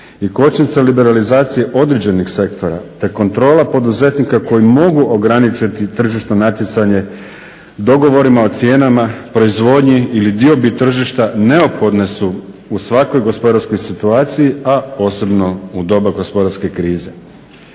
i kočnica liberalizacije određenih sektora te kontrola poduzetnika koji mogu ograničiti tržišno natjecanje dogovorima o cijenama, proizvodnji ili diobi tržišta neophodne su u svakoj gospodarskoj situaciji, a posebno u doba gospodarske krize.